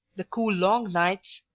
the cool long nig-hts,